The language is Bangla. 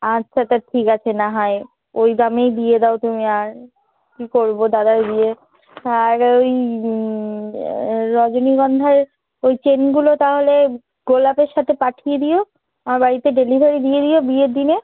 আচ্ছা আচ্ছা ঠিক আছে না হয় ওই দামেই দিয়ে দাও তুমি আর কী করবো দাদার বিয়ে আর ওই রজনীগন্ধার ওই চেনগুলো তাহলে গোলাপের সাথে পাঠিয়ে দিও আমার বাড়িতে ডেলিভারি দিয়ে দিও বিয়ের দিনে